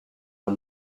are